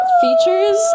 features